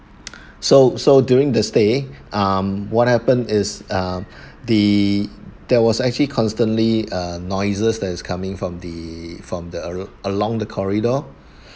so so during the stay um what happened is um the there was actually constantly uh noises that is coming from the from the a~ along the corridor